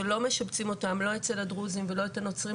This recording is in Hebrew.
שלא משבצים אותם לא אצל הדרוזים ולא אצל הנוצרים,